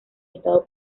estado